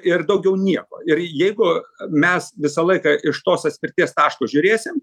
ir daugiau nieko ir jeigu mes visą laiką iš tos atspirties taško žiūrėsim